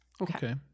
Okay